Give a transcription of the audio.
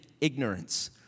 ignorance